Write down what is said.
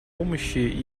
помощи